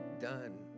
done